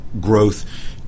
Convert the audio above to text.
growth